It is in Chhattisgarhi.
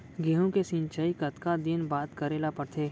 गेहूँ के सिंचाई कतका दिन बाद करे ला पड़थे?